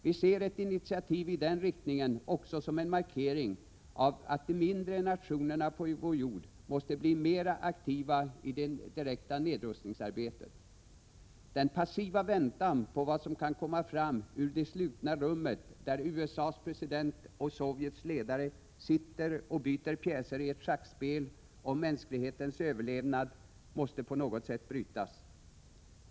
Vi ser ett initiativ i den riktningen också som en markering av att de mindre nationerna på vår jord måste bli mera aktiva i det direkta nedrustningsarbetet. Den passiva väntan på vad som kan komma fram ur det slutna rummet där USA:s president och Sovjets ledare sitter och byter pjäser i ett schackspel om mänsklighetens överlevnad måste på något sätt brytas.